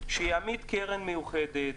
יעמיד קרן מיוחדת,